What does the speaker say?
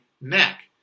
neck